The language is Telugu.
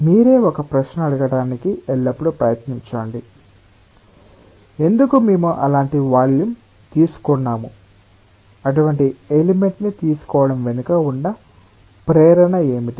మీరే ఒక ప్రశ్న అడగడానికి ఎల్లప్పుడూ ప్రయత్నించండి ఎందుకు మేము అలాంటి వాల్యూమ్ తీసుకున్నాము అటువంటి ఎలిమెంట్ ని తీసుకోవడం వెనుక ఉన్న ప్రేరణ ఏమిటి